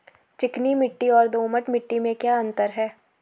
चिकनी मिट्टी और दोमट मिट्टी में क्या अंतर है?